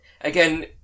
again